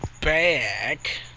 back